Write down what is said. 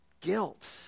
guilt